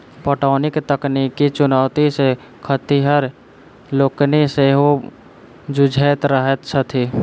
पटौनीक तकनीकी चुनौती सॅ खेतिहर लोकनि सेहो जुझैत रहैत छथि